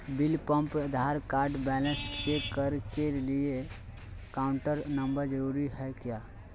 Balance पंप Aadhaar card balance check करने के लिए अकाउंट नंबर जरूरी है क्या?